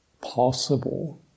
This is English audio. possible